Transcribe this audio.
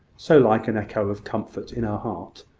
so like an echo of comfort in her heart,